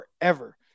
forever